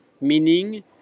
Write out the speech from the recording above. meaning